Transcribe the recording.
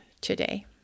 today